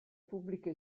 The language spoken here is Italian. pubblica